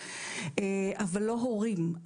אבל לא הורים.